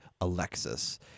Alexis